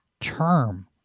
term